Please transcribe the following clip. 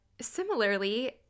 similarly